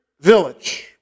village